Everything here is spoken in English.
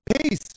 Peace